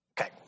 Okay